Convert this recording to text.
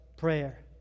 Prayer